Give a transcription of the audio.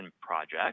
project